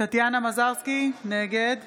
טטיאנה מזרסקי, נגד